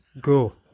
Go